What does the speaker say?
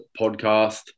podcast